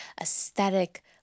aesthetic